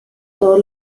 todos